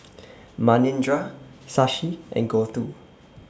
Manindra Shashi and Gouthu